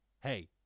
hey